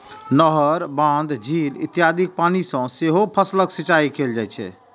नहर, बांध, झील इत्यादिक पानि सं सेहो फसलक सिंचाइ कैल जाइ छै